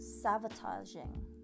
sabotaging